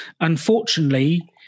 unfortunately